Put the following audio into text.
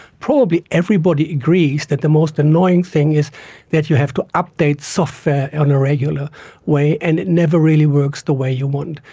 probably everybody agrees that the most annoying thing is that you have to update software in a regular way and it never really works the way you want.